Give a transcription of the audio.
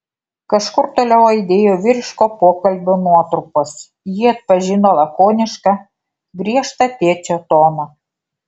kažkur toliau aidėjo vyriško pokalbio nuotrupos ji atpažino lakonišką griežtą tėčio toną